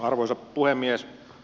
arvoisa puhemies